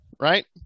right